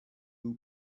who